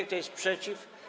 Kto jest przeciw?